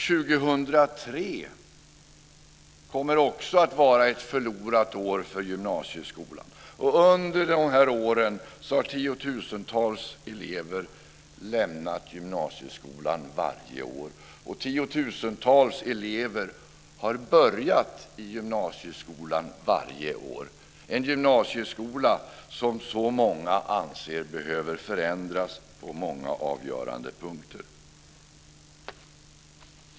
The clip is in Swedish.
År 2003 kommer också att vara ett förlorat år för gymnasieskolan. Under dessa år har tiotusentals elever lämnat gymnasieskolan varje år, och tiotusentals elever har börjat i gymnasieskolan varje år. Det är en gymnasieskola som många anser behöver förändras på många avgörande punkter.